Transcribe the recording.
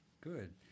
Good